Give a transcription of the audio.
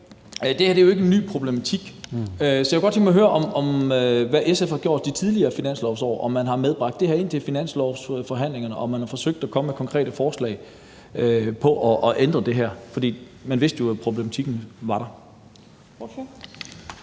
det her er jo ikke en ny problematik, så jeg kunne godt tænke mig at høre lidt om, hvad SF har gjort i de tidligere finanslovsår, om man har bragt det her med ind til finanslovsforhandlingerne, om man har forsøgt at komme med konkrete forslag til at ændre det her. For man vidste jo, at problematikken var der.